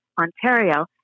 Ontario